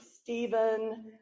Stephen